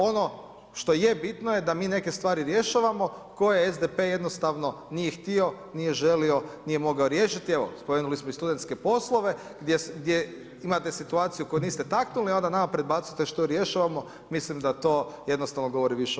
Ono što je, bitno je da mi neke stvari rješavamo koje SDP jednostavno nije htio, nije želio, nije mogao riješiti, evo spomenuli smo i studentske poslove gdje imate situaciju koju niste taknuli i onda nama predbacujete što je rješavamo, mislim da to jednostavno govori više o vama.